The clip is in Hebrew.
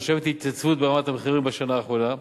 נרשמה התייצבות ברמת המחירים בשנה האחרונה,